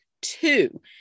two